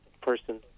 person